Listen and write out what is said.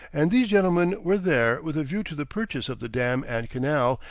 and these gentlemen were there with a view to the purchase of the dam and canal,